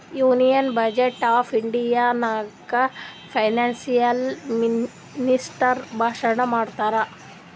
union budget of India ನಾಗ್ financial minister ಭಾಷಣ್ ಮಾಡ್ತಾರ್